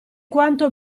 quanto